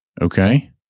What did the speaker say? okay